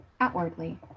outwardly